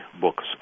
books